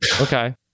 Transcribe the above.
okay